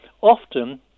often